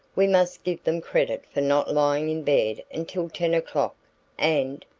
we must give them credit for not lying in bed until ten o'clock and,